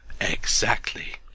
Exactly